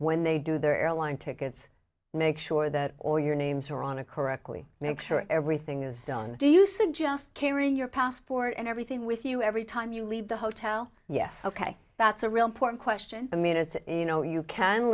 when they do their airline tickets make sure that or your names are on a correctly make sure everything is done do you suggest carry your passport and everything with you every time you leave the hotel yes ok that's a real point question i mean it's you know you can